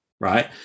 right